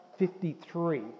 53